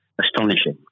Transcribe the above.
astonishing